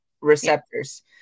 receptors